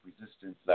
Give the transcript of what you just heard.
Resistance